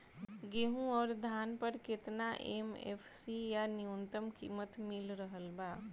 गेहूं अउर धान पर केतना एम.एफ.सी या न्यूनतम कीमत मिल रहल बा?